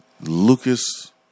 Lucas